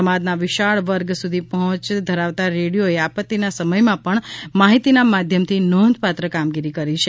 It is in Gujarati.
સમાજના વિશાળ વર્ગ સુધી પહોંચ ધરાવતા રેડીયોએ આપત્તિના સમયમાં પણ માહિતીના માધ્યમથી નોંધપાત્ર કામગીરી કરી છે